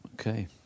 okay